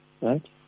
right